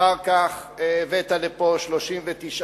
אחר כך הבאת לפה 39,